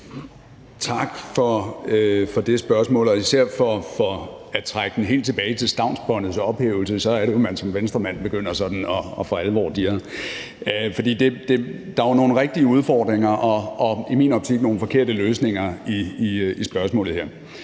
Tak for det spørgsmål og især for at trække det hele tilbage til stavnsbåndets ophævelse. Så er det jo, man som Venstremand sådan for alvor begynder at dirre. Der er jo nogle reelle udfordringer, men i min optik er der nogle forkerte løsninger i spørgsmålet her.